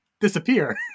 disappear